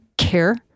care